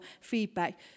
feedback